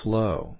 Flow